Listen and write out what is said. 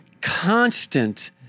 Constant